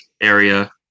area